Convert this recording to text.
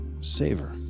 savor